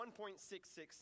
1.66